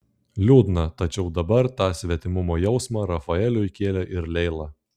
liūdna tačiau dabar tą svetimumo jausmą rafaeliui kėlė ir leila